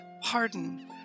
Pardon